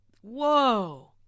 Whoa